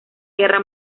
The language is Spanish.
guerra